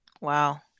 Wow